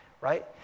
right